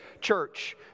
church